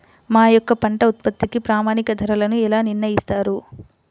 మా యొక్క పంట ఉత్పత్తికి ప్రామాణిక ధరలను ఎలా నిర్ణయిస్తారు?